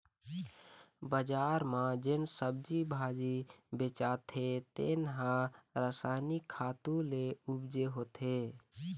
बजार म जेन सब्जी भाजी बेचाथे तेन ह रसायनिक खातू ले उपजे होथे